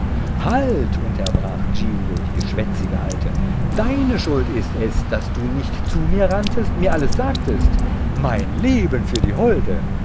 halt unterbrach giglio die geschwätzige alte deine schuld ist es daß du nicht zu mir ranntest mir alles sagtest mein leben für die holde